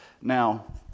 Now